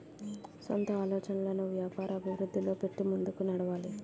సొంత ఆలోచనలను వ్యాపార అభివృద్ధిలో పెట్టి ముందుకు నడవాలి